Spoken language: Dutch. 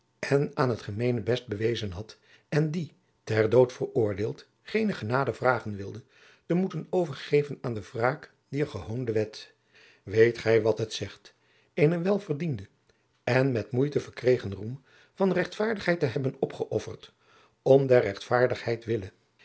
en aan het gemeenebest bewezen had en die ter dood veroordeeld geene genade vragen wilde te moeten overgeven aan de wraak dier gehoonde wet weet gij wat het zegt eenen welverdienden en met moeite verkregen roem van rechtvaardigheid te hebben opgeöfferd om der rechtvaardigheid wille